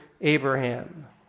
Abraham